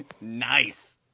Nice